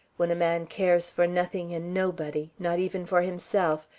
when a man cares for nothing and nobody, not even for himself,